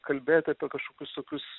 kalbėt apie kažkokius tokius